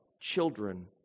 children